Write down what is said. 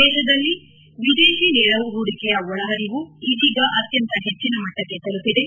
ದೇಶದಲ್ಲಿ ವಿದೇಶಿ ನೇರ ಹೂಡಿಕೆಯ ಒಳಹರಿವು ಇದೀಗ ಅತ್ಯಂತ ಹೆಚ್ಚಿನ ಮಟ್ಟಕ್ಕೆ ತಲುಪಿದೆ